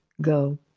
go